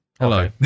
Hello